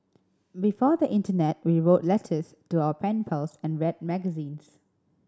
before the internet we wrote letters to our pen pals and read magazines